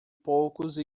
poucos